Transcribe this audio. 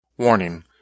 Warning